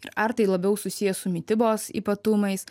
ir ar tai labiau susiję su mitybos ypatumais